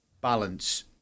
balance